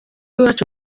iwacu